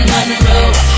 Monroe